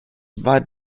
war